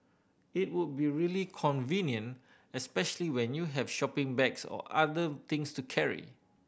it would be really convenient especially when you have shopping bags or other things to carry